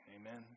Amen